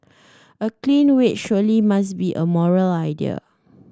a clean wage surely must be a moral idea